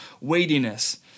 weightiness